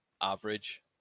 average